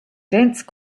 dense